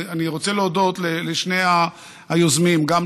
אני רוצה להודות לשני היוזמים: גם